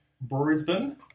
Brisbane